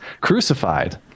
crucified